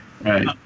right